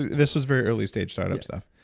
this was very early stage startup stuff.